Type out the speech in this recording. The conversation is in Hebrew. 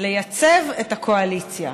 לייצב את הקואליציה.